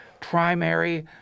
primary